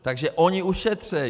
Takže oni ušetří.